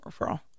referral